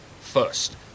first